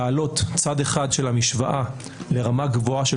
להעלות צד אחד של המשוואה לרמה גבוהה של